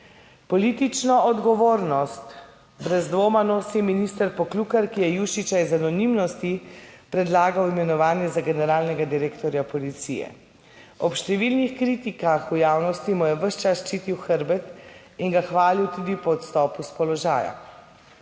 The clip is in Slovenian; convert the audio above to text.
Politično odgovornost brez dvoma nosi minister Poklukar, ki je Jušića iz anonimnosti predlagal v imenovanje za generalnega direktorja Policije. Ob številnih kritikah v javnosti mu je ves čas ščitil hrbet in ga hvalil tudi po odstopu s položaja.